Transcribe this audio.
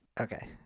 okay